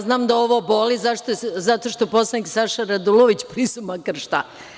Znam da ovo boli, zato što poslanik Saša Radulović pisao makar šta.